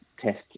test